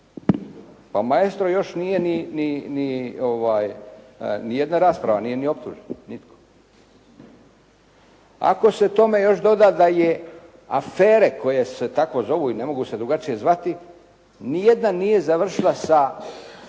Pa „Maestro“ još nije ni jedna rasprava, nije ni optužen nitko. Ako se k tome još doda da afere koje se tako zovu i ne mogu se drugačije zvati, ni jedna nije završila sa